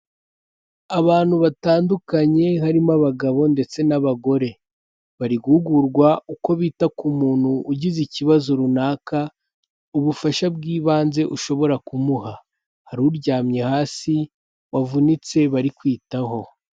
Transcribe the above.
Abantu batandukanye harimo abagabo ndetse n'abagore bari guhugurwa uko bita ku muntu ugize ikibazo runaka ubufasha bw'ibanze ushobora kumuha, hari uryamye hasi wavunitse bari kwitaho.